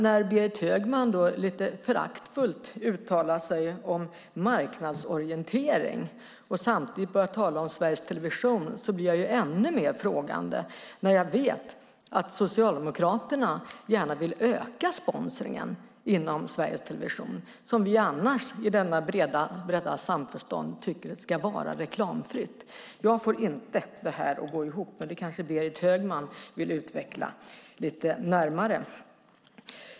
När Berit Högman lite föraktfullt uttalar sig om marknadsorientering och samtidigt börjar tala om Sveriges Television blir jag ännu mer frågande. Jag vet att Socialdemokraterna gärna vill öka sponsringen inom Sveriges Television, som vi annars i detta breda samförstånd tycker ska vara reklamfritt. Jag får inte detta att gå ihop, men det kanske Berit Högman vill utveckla närmare.